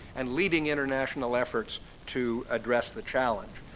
and leading international efforts to address the challenge.